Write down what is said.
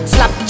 Slap